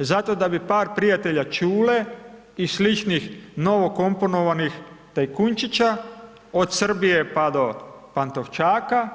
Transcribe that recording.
Zato da bi par prijatelja Čule i sličnih novokomponovanih tajkunčića od Srbije pa do Pantovčaka,